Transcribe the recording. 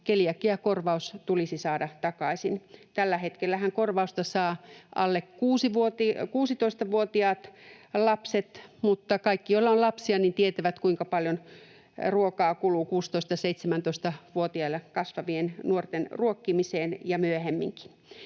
keliakiakorvaus tulisi saada takaisin. Tällä hetkellähän korvausta saavat alle 16-vuotiaat lapset, mutta kaikki, joilla on lapsia, tietävät, kuinka paljon ruokaa kuluu 16—17-vuotiaiden kasvavien nuorten ruokkimiseen ja myöhemminkin.